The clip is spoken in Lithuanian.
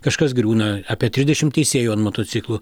kažkas griūna apie trisdešim teisėjų ant motociklų